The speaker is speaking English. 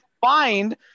find